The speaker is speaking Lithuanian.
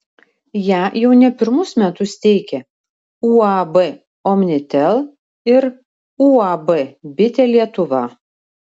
ją jau ne pirmus metus teikia uab omnitel ir uab bitė lietuva